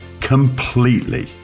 completely